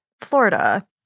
Florida